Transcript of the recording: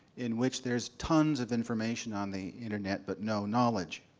in which there's tons of information on the internet, but no knowledge.